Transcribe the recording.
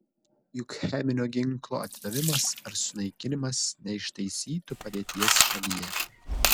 juk cheminio ginklo atidavimas ar sunaikinimas neištaisytų padėties šalyje